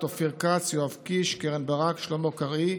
אופיר כץ, יואב קיש, קרן ברק, שלמה קרעי,